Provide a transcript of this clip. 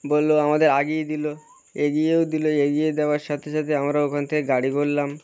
বললো আমাদের আগিয়ে দিলো এগিয়েও দিলো এগিয়ে দেওয়ার সাথে সাথে আমরা ওখান থেকে গাড়ি করলাম